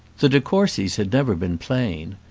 the de courcys had never been plain.